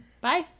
bye